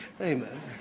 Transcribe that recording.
Amen